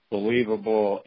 Believable